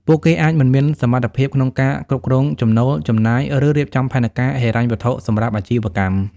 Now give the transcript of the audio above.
ពួកគេអាចមិនមានសមត្ថភាពក្នុងការគ្រប់គ្រងចំណូល ចំណាយ ឬរៀបចំផែនការហិរញ្ញវត្ថុសម្រាប់អាជីវកម្ម។